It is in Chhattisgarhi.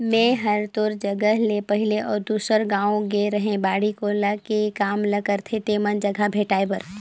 मेंए हर तोर जगह ले पहले अउ दूसर गाँव गेए रेहैं बाड़ी कोला के काम ल करथे तेमन जघा भेंटाय बर